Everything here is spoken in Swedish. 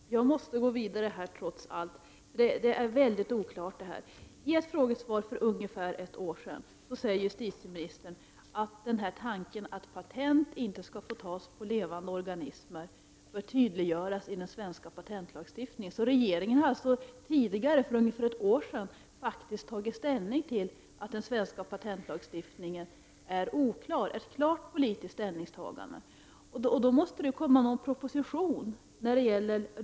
Fru talman! Jag måste gå vidare, trots allt. Det är väldigt oklara svar. I ett frågesvar som lämnades för ungefär ett år sedan sade justitieministern att tanken att patent inte skall få tas på levande organismer bör tydliggöras i den svenska patentlagstiftningen. Regeringen har alltså tidigare, för ungefär ett år sedan, faktiskt tagit ställning till att den svenska patentlagstiftningen är oklar — ett klart politiskt ställningstagande. Då måste det framläggas någon proposition om en lagändring.